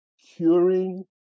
curing